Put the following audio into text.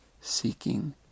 seeking